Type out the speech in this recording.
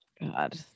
God